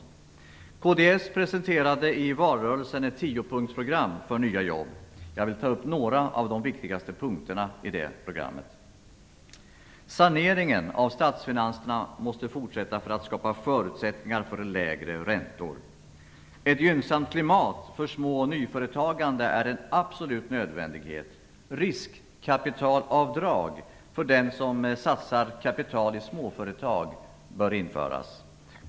Vi kristdemokrater presenterade i valrörelsen ett tiopunktsprogram för nya jobb. Jag vill ta upp några av de viktigaste punkterna i det programmet. Saneringen av statsfinanserna måste fortsätta för att vi skall kunna skapa förutsättningar för lägre räntor. Ett gynnsamt klimat för små och nyföretagande är en absolut nödvändighet. Riskkapitalavdrag för den som satsar kapital i småföretag bör införas.